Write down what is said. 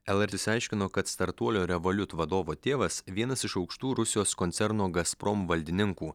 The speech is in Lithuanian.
lrt išsiaiškino kad startuolio revoliut vadovo tėvas vienas iš aukštų rusijos koncerno gazprom valdininkų